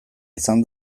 izan